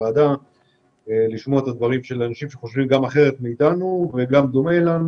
הוועדה לשמוע דברים של אנשים שחושבים אחרת מאתנו ודומה לנו